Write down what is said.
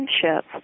friendship